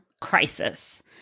crisis